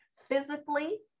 physically